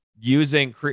using